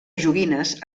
joguines